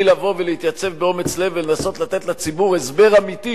לבוא ולהתייצב באומץ לב ולנסות לתת לציבור הסבר אמיתי,